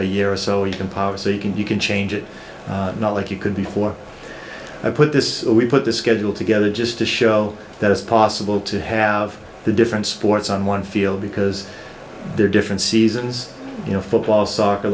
a year or so you can power so you can you can change it not like you could before i put this we put the schedule together just to show that it's possible to have the different sports on one field because they're different seasons you know football soccer